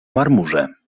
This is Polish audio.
marmurze